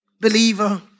believer